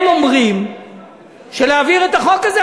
הם אומרים שצריך להעביר את החוק הזה,